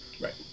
Right